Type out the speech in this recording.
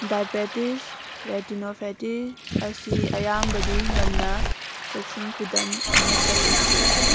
diabetes retinopathy ꯑꯁꯤ ꯑꯌꯥꯝꯕꯗꯤ ꯉꯟꯅ ꯆꯦꯛꯁꯤꯟ ꯈꯨꯗꯝ ꯑꯃꯠꯇ ꯂꯩꯇꯦ